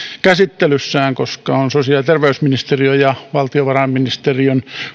käsittelyssään koska sille kuuluu oikeusministeriön lisäksi sosiaali ja terveysministeriö ja valtiovarainministeriön